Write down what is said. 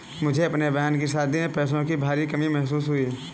मुझे अपने बहन की शादी में पैसों की भारी कमी महसूस हुई